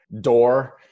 door